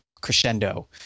crescendo